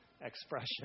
expression